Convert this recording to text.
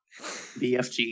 BFG